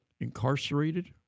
incarcerated